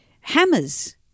hammers